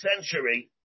century